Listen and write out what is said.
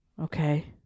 Okay